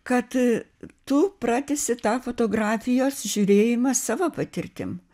kad tu pratęsi tą fotografijos žiūrėjimą savo patirtim